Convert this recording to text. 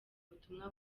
ubutumwa